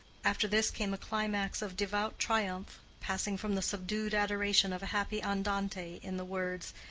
after this came a climax of devout triumph passing from the subdued adoration of a happy andante in the words,